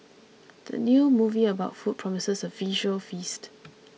the new movie about food promises a visual feast